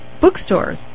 bookstores